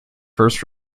first